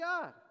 God